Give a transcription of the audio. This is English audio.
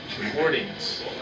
recordings